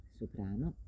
soprano